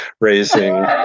raising